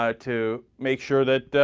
ah to make sure that ah.